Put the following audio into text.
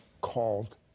called